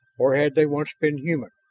or had they once been human,